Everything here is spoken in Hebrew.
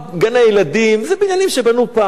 גני-הילדים אלה בניינים שבנו פעם.